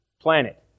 planet